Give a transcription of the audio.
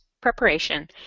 preparation